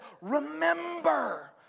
remember